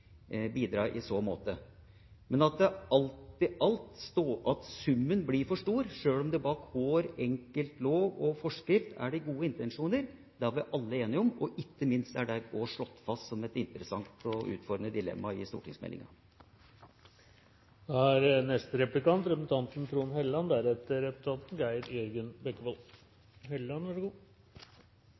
bidra i så måte. Men at summen alt i alt blir for stor, sjøl om det bak hver enkelt lov og forskrift er gode intensjoner, det er vi alle enige om, og ikke minst er det også slått fast som et interessant og utfordrende dilemma i stortingsmeldinga. Det er forfriskende med en ny komitéleder som våger å tenke litt utenom boksen, og jeg synes innlegget til representanten